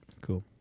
Cool